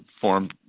form